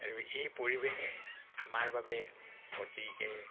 আৰু এই পৰিৱেশ আমাৰ বাবে অতিকৈ